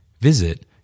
Visit